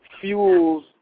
fuels